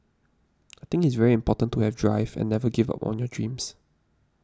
I think it's very important to have drive and never give up on your dreams